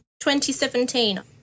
2017